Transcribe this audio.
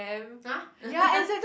!huh!